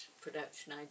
production